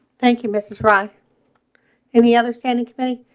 thank you. miss miss ron and the other standing committee.